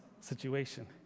situation